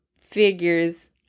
figures